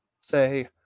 Say